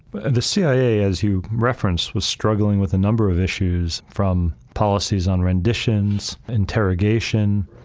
and the cia, as you referenced, was struggling with a number of issues from policies on renditions, interrogation,